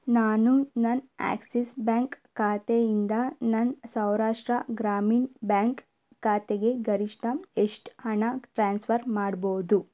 ನಾನು ನನ್ನ Axis bank ಖಾತೆಯಿಂದ ನನ್ನ ಸೌರಾಷ್ಟ್ರ ಗ್ರಾಮೀಣ್ ಬ್ಯಾಂಕ್ ಖಾತೆಗೆ ಗರಿಷ್ಠ ಎಷ್ಟು ಹಣ ಟ್ರಾನ್ಸ್ಫರ್ ಮಾಡ್ಬೋದು